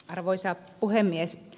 arvoisa puhemies